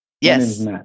Yes